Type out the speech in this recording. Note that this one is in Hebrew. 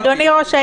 לא הבנתי.